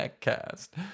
cast